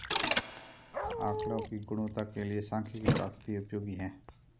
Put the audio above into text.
आकड़ों की गुणवत्ता के लिए सांख्यिकी काफी उपयोगी है